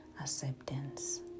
acceptance